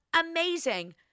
amazing